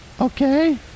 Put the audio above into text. Okay